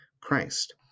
Christ